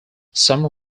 some